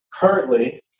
currently